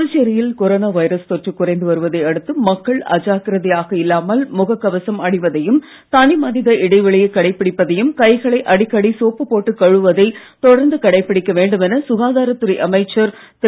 புதுச்சேரியில் corona virus தொற்று குறைந்து வருவதை அடுத்து மக்கள் அஜாக்கிரதையாக இல்லாமல் முகக் கவசம் அணிவதையும் தனிமனித இடைவெளியைக் கடைப்பிடிப்பதையும் கைகளை அடிக்கடி சோப்பு போட்டு கழுவுவதை தொடர்ந்து கடைபிடிக்க வேண்டுமென சுகாதாரத் துறை அமைச்சர் திரு